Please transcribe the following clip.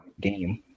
game